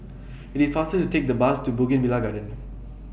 IT IS faster to Take The Bus to Bougainvillea Garden